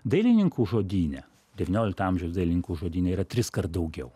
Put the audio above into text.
dailininkų žodyne devyniolikto amžiaus dailininkų žodyne yra triskart daugiau